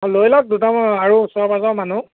অঁ লৈ লওক দুটামান আৰু ওচৰ পাঁজৰ মানুহ